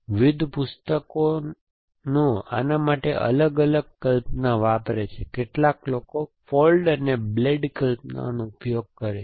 વિવિધ પુસ્તકોનો આને માટે અલગ અલગ કલ્પના વાપરે છે કેટલાક લોકો ફોલ્ડ અને બ્લેડ કલ્પનાનો ઉપયોગ કરે છે